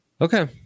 Okay